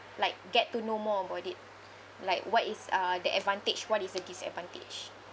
like get to know more about it like what is uh the advantage what is the disadvantage